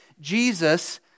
Jesus